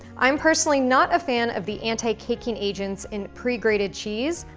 i'm personally not a fan of the anti-caking agents in pre-grated cheese,